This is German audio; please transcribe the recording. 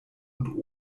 und